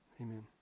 Amen